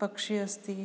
पक्षी अस्ति